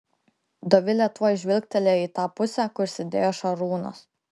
dovilė tuoj žvilgtelėjo į tą pusę kur sėdėjo šarūnas